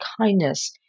kindness